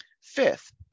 Fifth